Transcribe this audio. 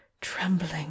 trembling